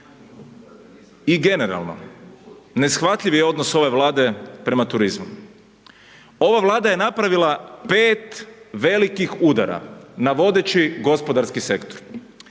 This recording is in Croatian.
I generalno, neshvatljiv je odnos ove Vlade prema turizmu. Ova Vlada je napravila 5 velikih udara na vodeći gospodarski sektor.